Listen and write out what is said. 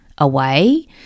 Away